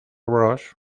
bros